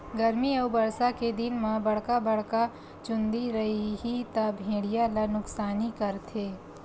गरमी अउ बरसा के दिन म बड़का बड़का चूंदी रइही त भेड़िया ल नुकसानी करथे